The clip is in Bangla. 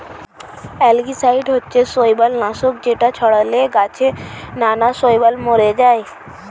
অ্যালগিসাইড হচ্ছে শৈবাল নাশক যেটা ছড়ালে গাছে নানা শৈবাল মরে যায়